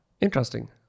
Interesting